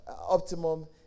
optimum